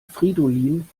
fridolin